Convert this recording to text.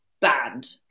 banned